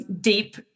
deep